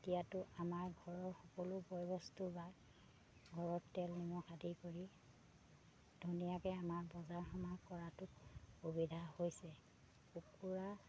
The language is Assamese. এতিয়াতো আমাৰ ঘৰৰ সকলো বয়বস্তু বা ঘৰত তেল নিমখ আদি কৰি ধুনীয়াকৈ আমাৰ বজাৰ সমাৰ কৰাটো সুবিধা হৈছে কুকুৰা